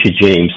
James